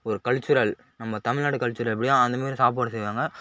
ஒரு கல்ச்சுரல் நம்ம தமிழ் நாட்டு கல்ச்சுரல் எப்படியோ அந்தமாதிரி சாப்பாடு செய்வாங்க